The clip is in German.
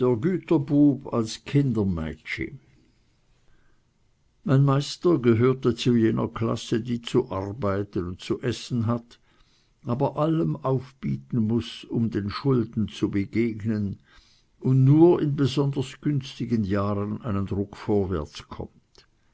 güterbub als kindemeitschi mein meister gehörte zu jener klasse die zu arbeiten und zu essen hat aber allem aufbieten muß um den schulden zu begegnen und nur in besonders günstigen jahren einen ruck vorwärts kommt